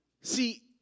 See